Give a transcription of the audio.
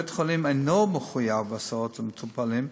בית-החולים אינו מחויב להסעות למטופלים,